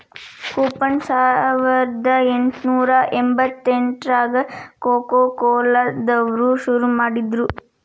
coupon ಸಾವರ್ದಾ ಎಂಟ್ನೂರಾ ಎಂಬತ್ತೆಂಟ್ರಾಗ ಕೊಕೊಕೊಲಾ ದವ್ರು ಶುರು ಮಾಡಿದ್ರು